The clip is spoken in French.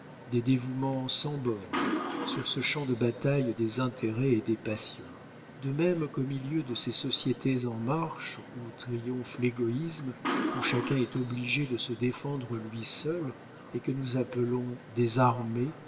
des dévouements sans bornes sur ce champ de bataille des intérêts et des passions de même qu'au milieu de ces sociétés en marche où triomphe l'égoïsme où chacun est obligé de se défendre lui seul et que nous appelons des armées